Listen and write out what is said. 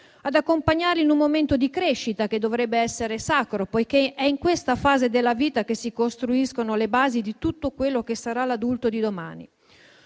ad accompagnarli in un momento di crescita che dovrebbe essere sacro, poiché è in questa fase della vita che si costruiscono le basi di tutto quello che sarà l'adulto di domani.